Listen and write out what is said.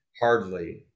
hardly